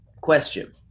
Question